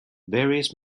various